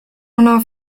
ono